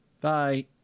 Bye